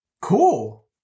Cool